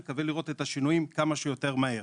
נקווה לראות את השינויים כמה שיותר מהר.